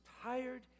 tired